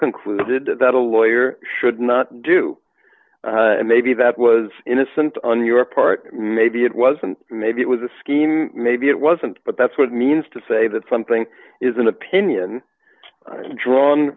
concluded that a lawyer should not do and maybe that was innocent on your part maybe it wasn't maybe it was a scheme maybe it wasn't but that's what it means to say that something is an opinion drawn